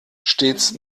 stets